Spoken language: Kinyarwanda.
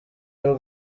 y’u